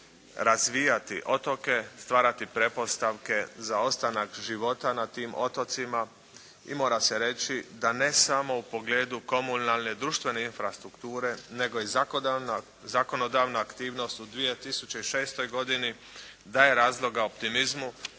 razvijati otoke, stvarati pretpostavke za ostanak života na tim otocima i mora se reći da ne samo u pogledu komunalne društvene infrastrukture, nego i zakonodavna aktivnost u 2006. godini daje razloga optimizmu